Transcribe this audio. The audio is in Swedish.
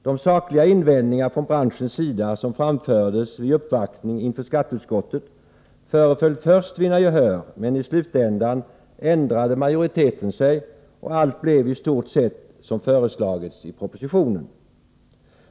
De sakliga invändningar från branschens sida som framfördes vid uppvaktning inför skatteutskottet föreföll först vinna gehör, men i slutändan ändrade majoriteten sig, och allt blev i stort sett som föreslagits i propositionen.